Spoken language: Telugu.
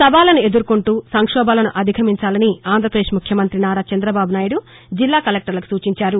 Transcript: సవాళ్ళను ఎదుర్కొంటూ సంక్షోభాలను అధిగమించాలని ఆంధ్రపదేశ్ ముఖ్యమంతి నారా ను చంద్రబాబు నాయుడు జిల్లా కలెక్టర్లకు సూచించారు